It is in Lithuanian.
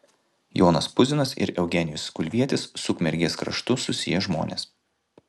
jonas puzinas ir eugenijus kulvietis su ukmergės kraštu susiję žmonės